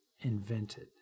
invented